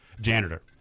Janitor